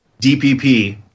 DPP